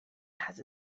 has